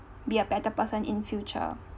be a better person in future